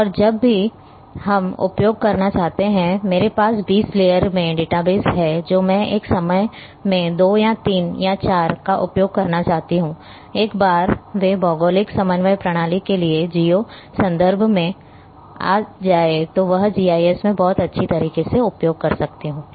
और जब भी हम उपयोग करना चाहते हैं मेरे पास 20 लेयर में डेटाबेस है जो मैं एक समय में दो या तीन या चार का उपयोग करना चाहता हूं एक बार वे भौगोलिक समन्वय प्रणाली के लिए जिओ संदर्भ मैं आ जाए तो वह जीआईएस में बहुत अच्छी तरह से उपयोग कर सकता हूं